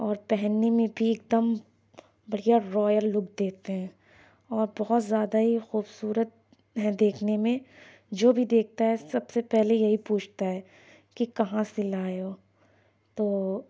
اور پہننے میں بھی ایک دم بڑھیا روائل لک دیتے ہیں اور بہت زیادہ ہی خوبصورت ہیں دیکھنے میں جو بھی دیکھتا ہے سب سے پہلے یہی پوچھتا ہے کہ کہاں سے لائے ہو تو